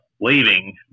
leaving